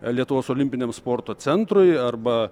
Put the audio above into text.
lietuvos olimpiniam sporto centrui arba